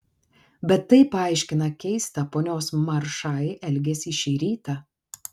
bet tai paaiškina keistą ponios maršai elgesį šį rytą